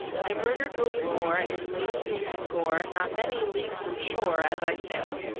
i murdered william moore, and laid him in his gore, not many leagues from shore, as i sailed.